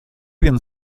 він